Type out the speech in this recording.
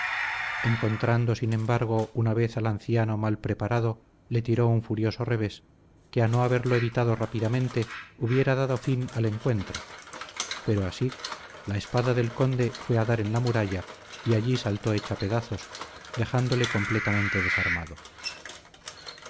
encontrando sin embargo una vez al anciano mal reparado le tiró un furioso revés que a no haberlo evitado rápidamente hubiera dado fin al encuentro pero así la espada del conde fue a dar en la muralla y allí saltó hecha pedazos dejándole completamente desarmado